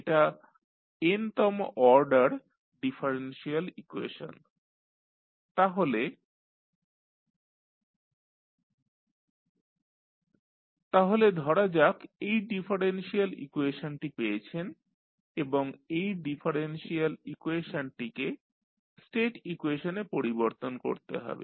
যেটা n তম order differential equation তাহলে dnydtnandn 1ydtn 1a2dytdta1ytrt তাহলে ধরা যাক এই ডিফারেনশিয়াল ইকুয়েশনটি পেয়েছেন এবং এই ডিফারেনশিয়াল ইকুয়েশনটিকে স্টেট ইকুয়েশনে পরিবর্তন করতে হবে